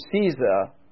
Caesar